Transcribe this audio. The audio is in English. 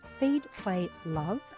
feedplaylove